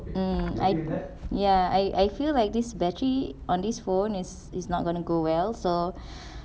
um I ya I I feel like this battery on this phone is is not gonna go well so